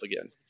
again